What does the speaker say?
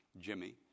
Jimmy